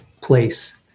place